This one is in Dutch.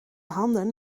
handen